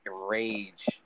rage